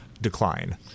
decline